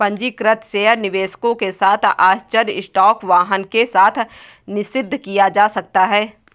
पंजीकृत शेयर निवेशकों के साथ आश्चर्य स्टॉक वाहन के साथ निषिद्ध किया जा सकता है